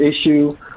issue